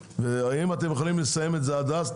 אם אתם יכולים לסיים את זה עד אז,